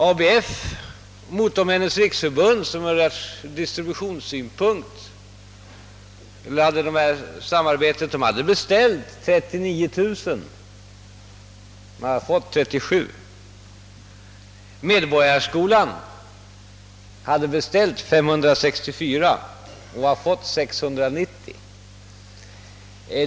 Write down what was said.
ABF och Motormännens riksförbund, som samarbetade i fråga om distributionen, hade beställt 39 000 exemplar och har fått 37 000. Medborgarskolan hade beställt 564 och fått 690.